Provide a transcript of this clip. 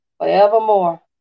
forevermore